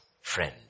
friend